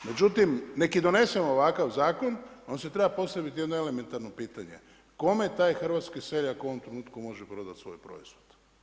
Međutim, nek i donesemo ovakav zakon, onda se treba postaviti jedno elementarno pitanje kome taj hrvatski seljak u ovom trenutku može prodati svoj proizvod.